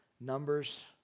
Numbers